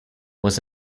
was